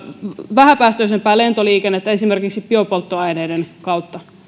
vähäpäästöisempää lentoliikennettä esimerkiksi biopolttoaineiden kautta